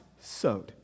sowed